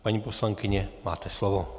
Paní poslankyně, máte slovo.